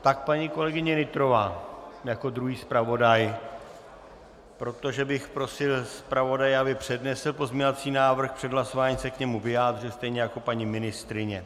Tak paní kolegyně Nytrová jako druhý zpravodaj, protože bych prosil zpravodaje, aby přednesl pozměňovací návrh, před hlasováním se k němu vyjádřil, stejně jako paní ministryně.